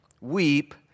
Weep